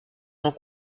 rend